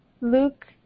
Luke